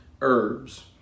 herbs